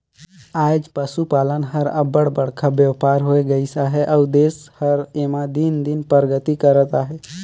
आएज पसुपालन हर अब्बड़ बड़खा बयपार होए गइस अहे अउ देस हर एम्हां दिन दिन परगति करत अहे